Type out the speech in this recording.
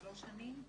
שלוש שנים?